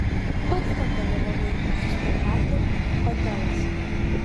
pats ten dalyvavai su spektakliu otelas